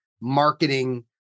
marketing